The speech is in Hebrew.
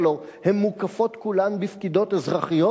הלוא הן מוקפות כולן בפקידות אזרחיות